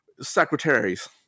secretaries